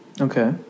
Okay